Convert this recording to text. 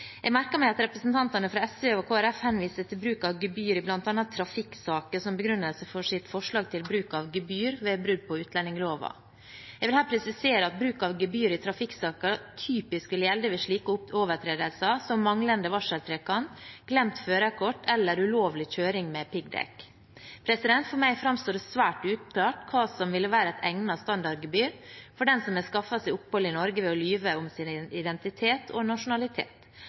Jeg merket meg at representantene fra SV og Kristelig Folkeparti henviser til bruk av gebyr i bl.a. trafikksaker som begrunnelse for sitt forslag om bruk av gebyr ved brudd på utlendingsloven. Jeg vil her presisere at bruk av gebyr i trafikksaker typisk vil gjelde ved overtredelser som manglende varseltrekant, glemt førerkort eller ulovlig kjøring med piggdekk. For meg framstår det svært uklart hva som ville være et egnet standardgebyr for den som har skaffet seg opphold i Norge ved å lyve om sin identitet og nasjonalitet.